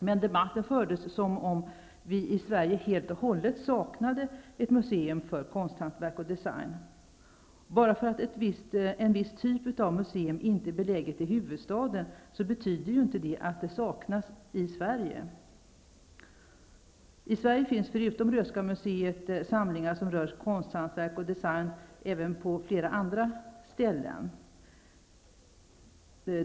Men debatten var sådan att man kunde tro att vi i Sverige helt och hållet saknade ett museum för konsthantverk och design. Bara det faktum att en viss typ av museer inte finns i huvudstaden betyder inte att den typen saknas i Förutom Röhsska museet i Göteborg finns det också samlingar som rör konsthantverk och design på flera andra ställen i Sverige.